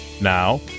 Now